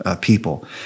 people